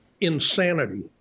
insanity